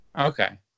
Okay